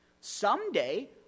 Someday